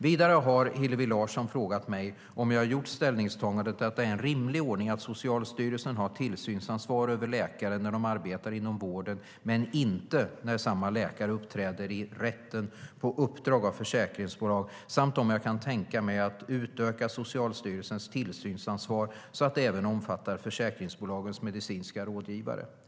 Vidare har Hillevi Larsson frågat mig om jag har gjort ställningstagandet att det är en rimlig ordning att Socialstyrelsen har tillsynsansvar över läkare när de arbetar inom vården men inte när samma läkare uppträder i rätten på uppdrag av försäkringsbolag samt om jag kan tänka mig att utöka Socialstyrelsens tillsynsansvar så att det även omfattar försäkringsbolagens medicinska rådgivare.